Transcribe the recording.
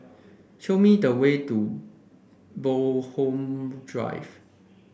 show me the way to Bloxhome Drive